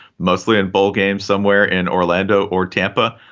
mostly in bowl games, somewhere in orlando or tampa.